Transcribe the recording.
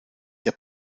der